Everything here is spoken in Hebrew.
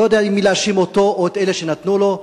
לא יודע אם להאשים אותו או את אלה שנתנו לו,